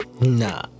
Nah